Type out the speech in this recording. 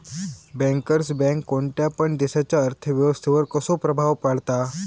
Bankers bank कोणत्या पण देशाच्या अर्थ व्यवस्थेवर कसो प्रभाव पाडता?